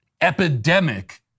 epidemic